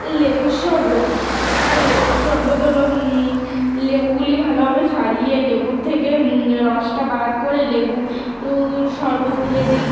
এই লেবুর শরবত এই লেবুর শরবত হলো লেবুগুলি ভালোভাবে ছাড়িয়ে লেবুর থেকে রসটা বার করে লেবু লেবুর শরবত তো রেডি